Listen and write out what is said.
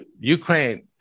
Ukraine